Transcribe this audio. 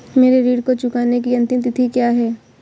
मेरे ऋण को चुकाने की अंतिम तिथि क्या है?